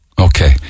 Okay